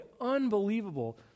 unbelievable